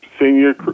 senior